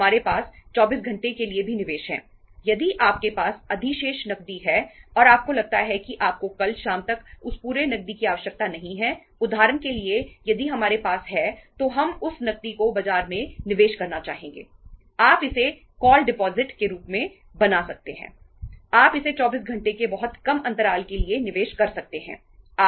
आप इसे 24 घंटे के बहुत कम अंतराल के लिए निवेश कर सकते हैं